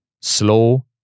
Slow